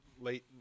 late